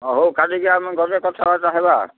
ହ ହଉ କାଲିିକି ଆମ ଗଲେ କଥାବାର୍ତ୍ତା ହେବା